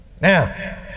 Now